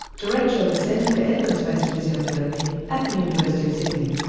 director of the centre for evidence based physiotherapy at the university of sydney.